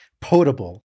Potable